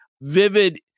vivid